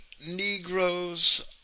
Negroes